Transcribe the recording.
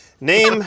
Name